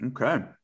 okay